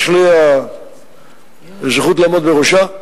יש לי הזכות לעמוד בראשה,